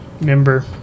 member